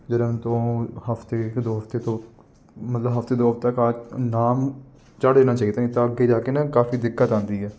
ਜਿੱਦਣ ਤੋਂ ਹਫ਼ਤੇ ਦੋ ਕੁ ਹਫ਼ਤੇ ਤੋਂ ਮਤਲਬ ਹਫ਼ਤੇ ਦੋ ਹਫ਼ਤੇ ਤੱਕ ਆ ਨਾਮ ਚੜ ਜਾਣਾ ਚਾਹੀਦਾ ਤਾਂ ਅੱਗੇ ਜਾ ਕੇ ਨਾ ਕਾਫ਼ੀ ਦਿੱਕਤ ਆਉਂਦੀ ਹੈ